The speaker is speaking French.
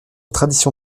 tradition